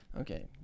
Okay